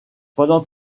pendant